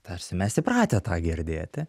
tarsi mes įpratę tą girdėti